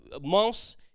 months